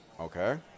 Okay